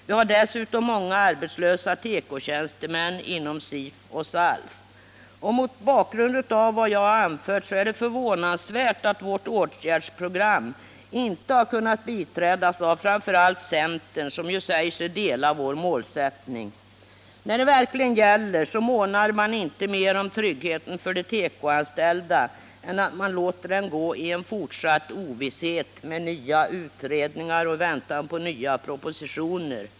Det finns dessutom många arbetslösa tekotjänstemän inom SIF och SALF. Mot bakgrund av vad jag har anfört är det förvånansvärt att vårt åtgärdsprogram inte har kunnat biträdas av framför allt centern, som ju säger sig vara ense med oss om målsättningen. När det verkligen gäller månar man inte mer om tryggheten för de tekoanställda än att man låter dem gå i en fortsatt ovisshet i väntan på nya utredningar och nya propositioner.